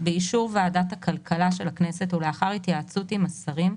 באישור ועדת הכלכלה של הכנסת ולאחר התייעצות עם השרים,